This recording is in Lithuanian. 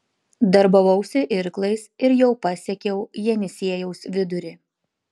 darbavausi irklais ir jau pasiekiau jenisiejaus vidurį